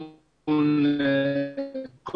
אתה פעם ראשונה רואה אותו ביום חמישי?